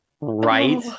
right